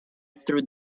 through